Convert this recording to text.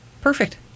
Perfect